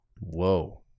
Whoa